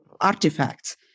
artifacts